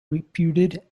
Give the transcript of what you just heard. reputed